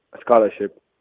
scholarship